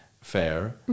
fair